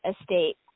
estate